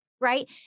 Right